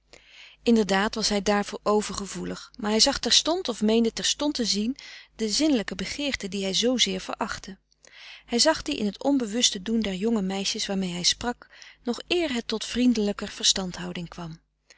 inderdaad was hij daarvoor overgevoelig maar hij zag terstond of meende terstond te zien de zinnelijke begeerte die hij zoozeer verachtte hij zag die in het onbewuste doen der jonge meisjes waarmee hij sprak nog eer het tot vriendelijker verstandhouding kwam